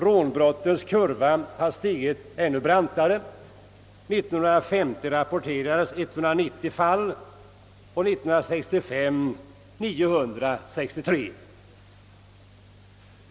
Rånbrottens kurva har stigit ännu brantare. 1950 rapporterades 190 fall och 1965 inte mindre än 963.